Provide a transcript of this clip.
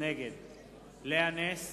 נגד לאה נס,